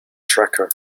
tracker